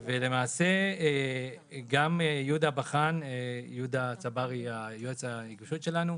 למעשה גם יהודה צברי, יועץ הנגישות שלנו,